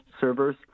servers